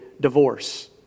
divorce